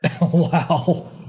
Wow